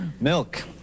Milk